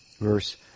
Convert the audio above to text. verse